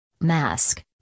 Mask